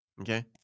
Okay